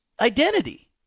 identity